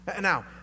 Now